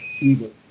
evil